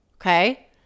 Okay